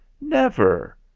Never